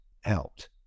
helped